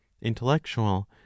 intellectual